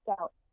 out